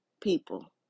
people